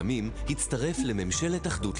למשל,